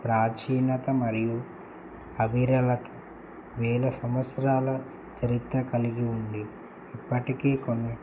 ప్రాచీనత మరియు అబిరలత వేల సంవత్సరాల చరిత్ర కలిగి ఉండి ఇప్పటికీ కొన్ని